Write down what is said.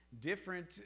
different